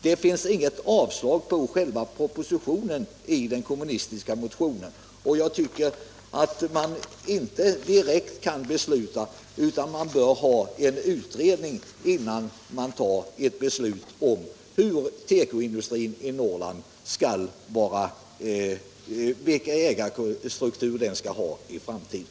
Det finns inget avslagsyrkande på själva propositionen i den kommunistiska motionen, fru Marklund. Och jag tycker inte att vi direkt kan besluta om ett förstatligande; det behövs en utredning innan vi fattar beslut om vilken ägarstruktur tekoindustrin i Norrland skall ha i framtiden.